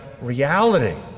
reality